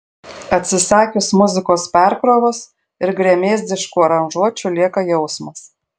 atsisakius muzikos perkrovos ir gremėzdiškų aranžuočių lieka jausmas